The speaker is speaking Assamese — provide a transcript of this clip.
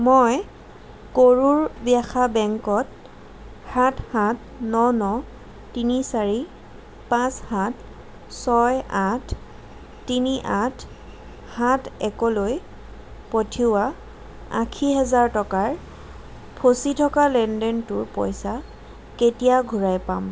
মই কৰুৰ ব্যাসা বেংকত সাত সাত ন ন তিনি চাৰি পাঁচ সাত ছয় আঠ তিনি আঠ সাত একলৈ পঠিওৱা আশী হাজাৰ টকাৰ ফচি থকা লেনদেনটোৰ পইচা কেতিয়া ঘূৰাই পাম